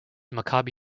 maccabi